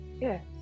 Yes